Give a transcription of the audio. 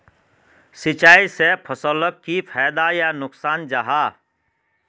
सिंचाई से फसलोक की फायदा या नुकसान जाहा?